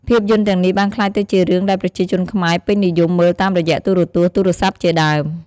ភាពយន្តទាំងនេះបានក្លាយទៅជារឿងដែរប្រជាជនខ្មែរពេញនិយមមើលតាមរយៈ ទូរទស្សន៍ ទូរស័ព្ទជាដើម ។